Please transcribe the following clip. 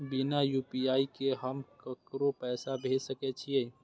बिना यू.पी.आई के हम ककरो पैसा भेज सके छिए?